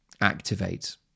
activate